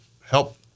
help